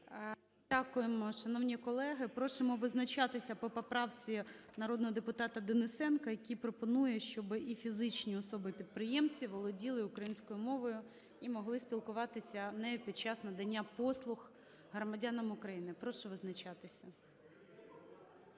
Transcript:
Дякуємо. Шановні колеги, просимо визначатися по поправці народного депутата Денисенка, який пропонує, щоб і фізичні особи-підприємці володіли українською мовою і могли спілкуватися нею під час надання послуг громадянам України. Прошу визначатися.